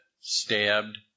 stabbed